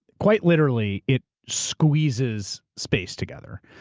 quite literally, it squeezes space together,